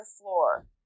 floor